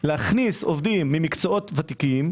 להכניס עובדים ממקצועות ותיקים,